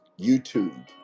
youtube